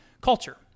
culture